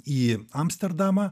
į amsterdamą